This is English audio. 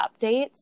updates